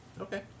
Okay